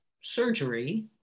surgery